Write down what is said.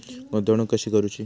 गुंतवणूक कशी करूची?